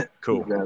cool